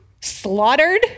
slaughtered